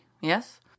yes